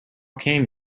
came